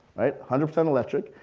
hundred percent electric,